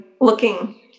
looking